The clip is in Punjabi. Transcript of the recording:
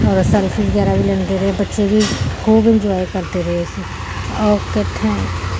ਔਰ ਸੈਲਫੀ ਵਗੈਰਾ ਵੀ ਲੈਂਦੇ ਰਹੇ ਬੱਚੇ ਵੀ ਖੂਬ ਇੰਜੋਏ ਕਰਦੇ ਰਹੇ ਅਸੀਂ ਓਕੇ ਥੈਂਕ ਯੂ